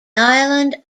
island